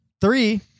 three